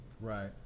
Right